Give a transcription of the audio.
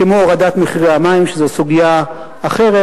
כמו הורדת מחירי המים, שזו סוגיה אחרת,